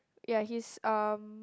ya he's um